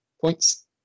points